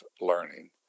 learning